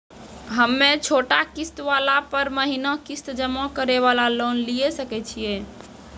हम्मय छोटा किस्त वाला पर महीना किस्त जमा करे वाला लोन लिये सकय छियै?